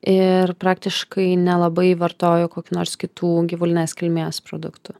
ir praktiškai nelabai vartojo kokių nors kitų gyvulinės kilmės produktų